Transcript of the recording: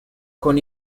con